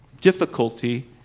difficulty